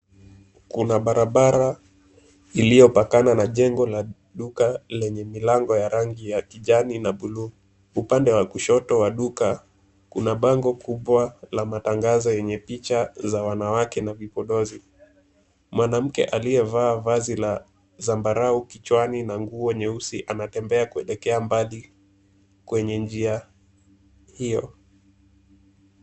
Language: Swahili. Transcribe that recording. Kuna barabara iliyopakana na jengo la duka lenye milango ya rangi ya kijani na bluu. Upande wa kushoto wa duka kuna bango kubwa la matangazo yenye picha za wanawake na vipodozi. Mwanamke aliyevaa vazi la zambarau kichwani na nguo nyeusi anatembea kuelekea mbali kwenye njia hiyo.